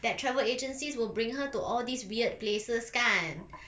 that travel agencies will bring her to all these weird places kan